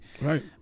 right